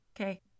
Okay